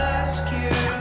ask you